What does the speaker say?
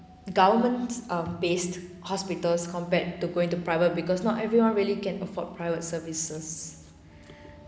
governments um based hospitals compared to go into private because not everyone really can afford private services